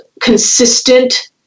consistent